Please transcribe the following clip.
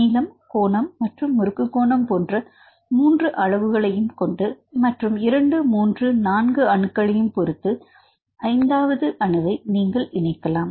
நீளம் கோணம் மற்றும் முறுக்கு கோணம் போன்ற மூன்று அளவுகளையும் கொண்டு மற்றும்2 3 4 அணுக்களையும் பொருத்து ஐந்தாவது அணுவை நீங்கள் இணைக்கலாம்